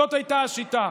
זאת הייתה השיטה.